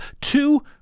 Two